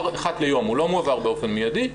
מועבר אחת ליום, לא באופן מיידי.